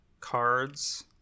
cards